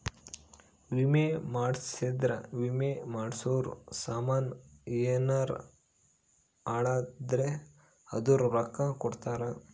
ವಿಮೆ ಮಾಡ್ಸಿದ್ರ ವಿಮೆ ಮಾಡ್ಸಿರೋ ಸಾಮನ್ ಯೆನರ ಹಾಳಾದ್ರೆ ಅದುರ್ ರೊಕ್ಕ ಕೊಡ್ತಾರ